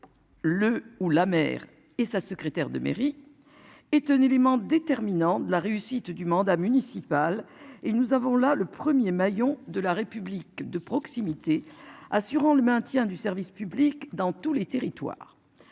Le ou la mère et sa secrétaire de mairie. Est un élément déterminant de la réussite du mandat municipal. Et nous avons la le 1er maillon de la République de proximité assurant le maintien du service public dans tous les territoires.